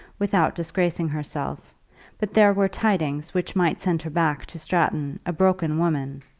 without disgracing herself but there were tidings which might send her back to stratton a broken woman,